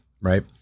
Right